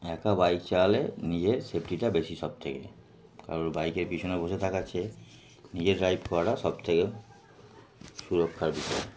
একা বাইক চালালে নিজের সেফটিটা বেশি সবথেকে কারোর বাইকের পিছনে বসে থাকা চেয়ে নিজের ড্রাইভ করাটা সবথেকে সুরক্ষার বিষয়